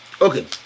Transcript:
okay